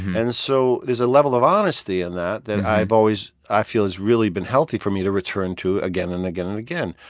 and so there's a level of honesty in that that i've always i feel has really been healthy for me to return to again and again and again.